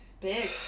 big